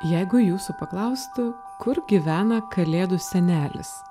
jeigu jūsų paklaustų kur gyvena kalėdų senelis